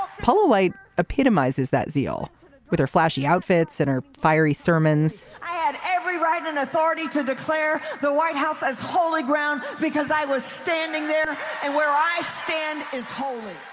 paul ah white epitomizes that zeal with her flashy outfits and her fiery sermons i had every right and authority to declare. the white house as holy ground because i was standing there and where i stand is holy.